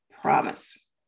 promise